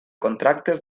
contractes